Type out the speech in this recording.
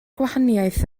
gwahaniaeth